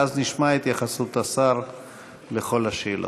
ואז נשמע את התייחסות השר לכל השאלות.